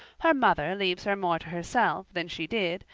her mother leaves her more to herself than she did,